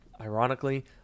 Ironically